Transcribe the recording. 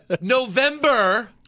November